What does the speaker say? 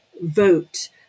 vote